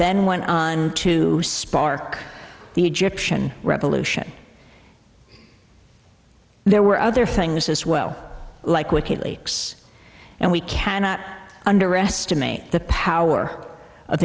then went on to spark the egyptian revolution there were other things as well like wiki leaks and we cannot underestimate the power of